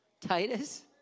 Titus